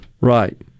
Right